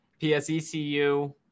psecu